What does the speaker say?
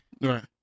Right